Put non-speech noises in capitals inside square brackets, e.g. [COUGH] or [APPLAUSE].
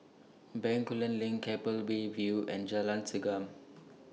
Bencoolen LINK Keppel Bay View and Jalan Segam [NOISE]